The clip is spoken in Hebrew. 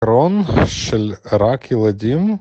קרון של רק ילדים